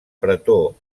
pretor